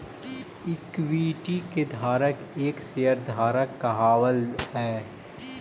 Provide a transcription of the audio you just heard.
equity के धारक एक शेयर धारक कहलावऽ हइ